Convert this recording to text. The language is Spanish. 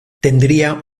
tendría